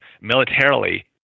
militarily